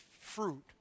fruit